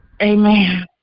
Amen